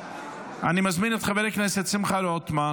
אני מזמין את חבר הכנסת שמחה רוטמן